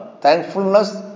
thankfulness